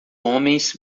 homens